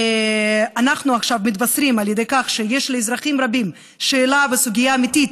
אנחנו עכשיו מתבשרים על כך שיש לאזרחים רבים שאלה וסוגיה אמיתית,